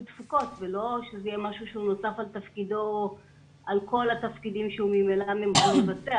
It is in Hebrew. תפוקות ולא שזה יהיה משהו שהוא נוסף על כל התפקידים שהוא ממילא מבצע.